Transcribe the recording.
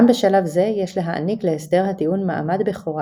גם בשלב זה יש להעניק להסדר הטיעון מעמד בכורה